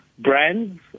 brands